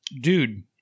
Dude